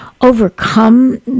overcome